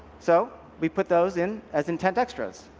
so we put those in as intent extra s.